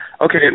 Okay